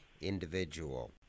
individual